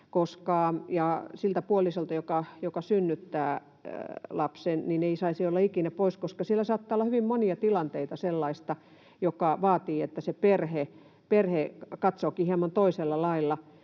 siltä puolisolta, joka synnyttää lapsen, koska siellä saattaa olla hyvin monia sellaisia tilanteita, jotka vaativat, että se perhe katsookin hieman toisella lailla,